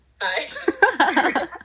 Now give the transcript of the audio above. Hi